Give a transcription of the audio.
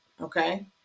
okay